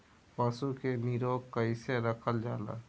पशु के निरोग कईसे रखल जाला?